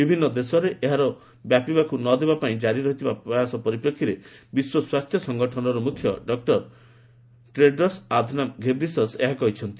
ବିଭିନ୍ନ ଦେଶରେ ଏହାକୁ ବ୍ୟାପିବାକୁ ନଦେବା ପାଇଁ ଜାରି ରହିଥିବା ପ୍ରୟାସ ପରିପ୍ରେକ୍ଷୀରେ ବିଶ୍ୱ ସ୍ୱାସ୍ଥ୍ୟ ସଂଗଠନର ମୁଖ୍ୟ ଡକ୍କର ଟେଡ୍ରସ୍ ଅଧାନମ ଘେବ୍ରିସସ୍ ଏହା କହିଛନ୍ତି